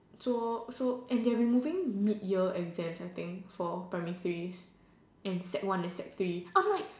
so so and they're removing mid year exams I think for primary three and sec one and sec three I'm like